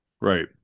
Right